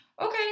okay